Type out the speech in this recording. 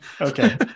Okay